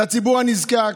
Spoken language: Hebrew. לציבור הנזקק,